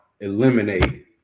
eliminate